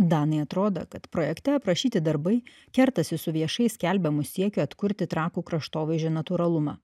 danai atrodo kad projekte aprašyti darbai kertasi su viešai skelbiamu siekiu atkurti trakų kraštovaizdžio natūralumą